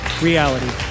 reality